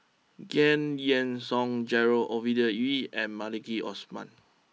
Giam Yean Song Gerald Ovidia Yu and Maliki Osman